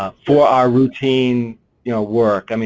ah for our routine you know work. i mean